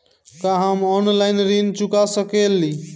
का हम ऑनलाइन ऋण चुका सके ली?